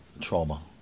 trauma